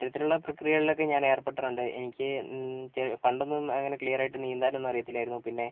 ഇത്തരത്തിലുള്ള പ്രക്രിയകളിലൊക്കെ ഞാൻ ഏർപ്പെട്ടിട്ടുണ്ട് എനിക്ക് ചെറിയ പണ്ടൊന്നും അങ്ങിനെ ക്ലിയറായിട്ട് നീന്താനൊന്നും അറിയത്തില്ലായിരുന്നു പിന്നെ